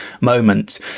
moment